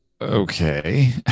Okay